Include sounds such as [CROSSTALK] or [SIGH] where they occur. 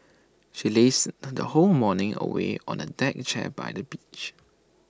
she lazed [UNINTELLIGIBLE] the whole morning away on A deck chair by the beach